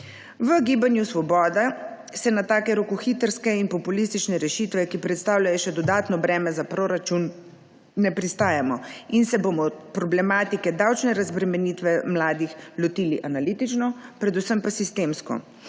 V Gibanju Svoboda na take rokohitrske in populistične rešitve, ki predstavljajo še dodatno breme za proračun, ne pristajamo in se bomo problematike davčne razbremenitve mladih lotili analitično, predvsem pa sistemsko.